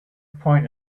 point